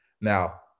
Now